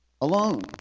alone